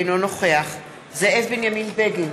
אינו נוכח זאב בנימין בגין,